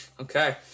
Okay